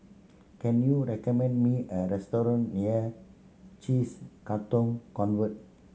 can you recommend me a restaurant near cheese Katong Convent